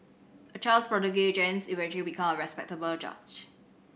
a child prodigy James eventually became a respected judge